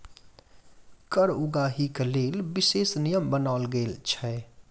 कर उगाहीक लेल विशेष नियम बनाओल गेल छै